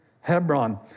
Hebron